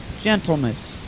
gentleness